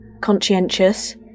conscientious